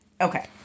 Okay